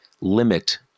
limit